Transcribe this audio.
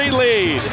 lead